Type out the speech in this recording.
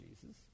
Jesus